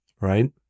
Right